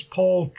Paul